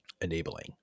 enabling